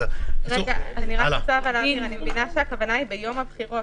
אני מבינה שהכוונה היא ביום הבחירות.